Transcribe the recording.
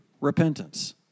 repentance